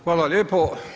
Hvala lijepo.